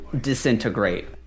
disintegrate